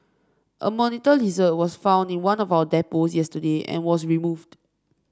a monitor lizard was found in one of our depots yesterday and was removed